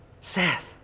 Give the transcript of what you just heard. Seth